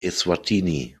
eswatini